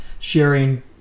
sharing